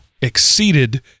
exceeded